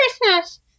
Christmas